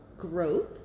growth